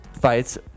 fights